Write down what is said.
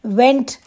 went